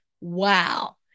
Wow